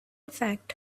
fact